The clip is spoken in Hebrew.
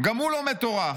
גם הוא לומד תורה,